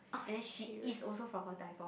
and then she is also from a divorce